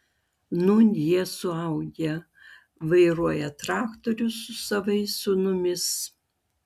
nūn jie suaugę vairuoja traktorius su savais sūnumis